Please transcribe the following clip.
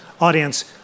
audience